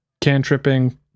cantripping